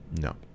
no